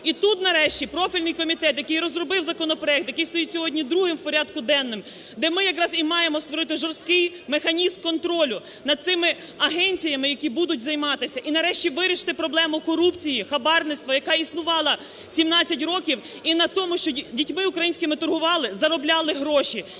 І тут нарешті профільний комітет, який розробив законопроект, який стоїть сьогодні другим в порядку денному, де ми якраз і маємо створити жорсткий механізм контролю над цими агенціями, які будуть займатися. І нарешті вирішити проблему корупції, хабарництва, яка існувала сімнадцять років, і на тому, що дітьми українськими торгували, заробляли гроші